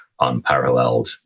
unparalleled